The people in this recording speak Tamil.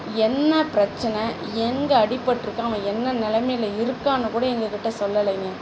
என்ன பிரச்சின எங்கே அடிபட்டுருக்கு அவன் என்ன நிலைமையில இருக்கான்னு கூட எங்ககிட்ட சொல்லலைங்க